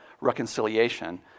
reconciliation